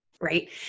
right